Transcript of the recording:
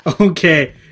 okay